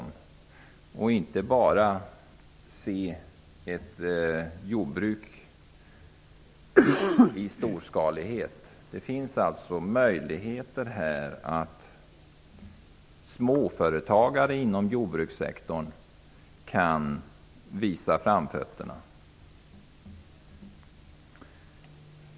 Man skall inte bara ha en storskalig syn på jordbruken. Här finns möjligheter för småföretagare inom jordbrukssektorn att visa framfötterna.